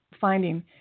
Finding